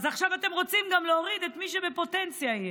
אז עכשיו אתם רוצים גם להוריד את מי שבפוטנציה יהיה.